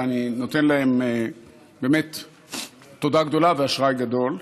ואני נותן להם תודה גדולה ואשראי גדול.